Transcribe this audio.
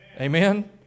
Amen